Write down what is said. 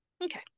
Okay